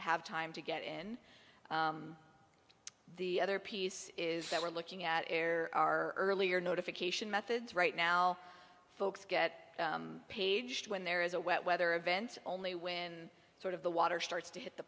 have time to get in the other piece is that we're looking at air our earlier notification methods right now folks get paged when there is a wet weather event only when sort of the water starts to hit the